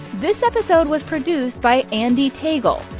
this episode was produced by andee tagle.